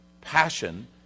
Passion